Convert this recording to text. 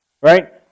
right